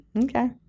Okay